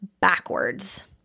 backwards